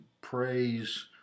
praise